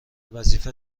وظیفت